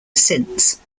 since